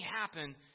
happen